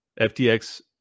FTX